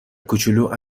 کوچولو